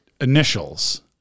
initials